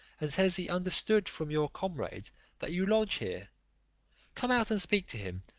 and says he understood from your comrades that you lodge here come out and speak to him,